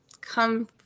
come